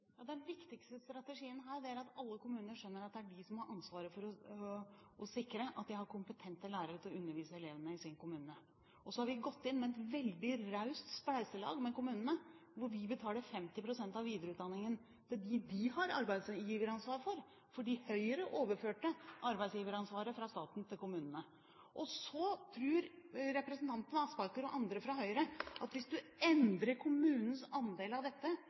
Den viktigste strategien her er at alle kommuner skjønner at det er de som har ansvaret for å sikre at de har kompetente lærere til å undervise elevene i sin kommune. Så har vi gått inn med et veldig raust spleiselag med kommunene, hvor vi betaler 50 pst. av videreutdanningen til dem som de har arbeidsgiveransvar for, fordi Høyre overførte arbeidsgiveransvaret fra staten til kommunene. Så tror representanten Aspaker og andre fra Høyre at hvis du endrer kommunenes andel av dette